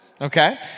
okay